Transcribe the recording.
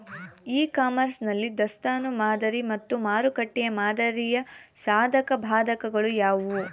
E commerce ನಲ್ಲಿ ದಾಸ್ತನು ಮಾದರಿ ಮತ್ತು ಮಾರುಕಟ್ಟೆ ಮಾದರಿಯ ಸಾಧಕಬಾಧಕಗಳು ಯಾವುವು?